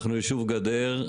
אנחנו ישוב גדר,